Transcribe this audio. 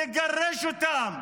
לגרש אותם,